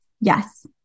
Yes